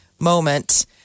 moment